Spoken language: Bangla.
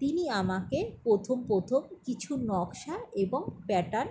তিনি আমাকে প্রথম প্রথম কিছু নকশা এবং প্যাটার্ন